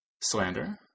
Slander